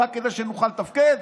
רק כדי שנוכל לתפקד,